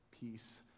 peace